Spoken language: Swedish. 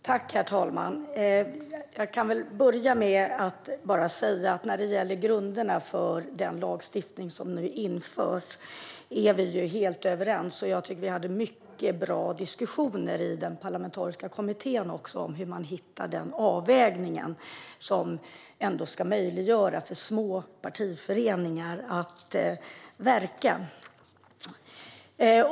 Herr talman! När det gäller grunderna för den lagstiftning som nu införs är vi helt överens. Jag tycker att vi hade mycket bra diskussioner i den parlamentariska kommittén om den avvägning som ska göra det möjligt för små partiföreningar att verka.